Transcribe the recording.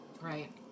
right